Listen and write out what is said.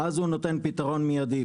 ואז הוא נותן פתרון מיידי.